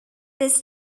bis